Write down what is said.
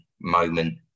moment